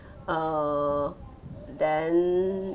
err then